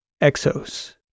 Exos